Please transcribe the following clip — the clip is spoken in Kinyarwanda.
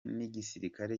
n’igisirikare